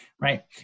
right